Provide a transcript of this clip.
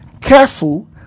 Careful